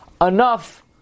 Enough